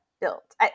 built